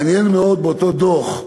מעניין מאוד, באותו דוח,